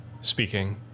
speaking